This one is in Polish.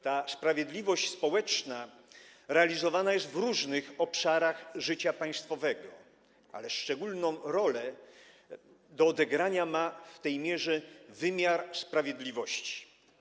Ta sprawiedliwość społeczna realizowana jest w różnych obszarach życia państwowego, ale szczególną rolę do odegrania ma w tej mierze wymiar sprawiedliwości.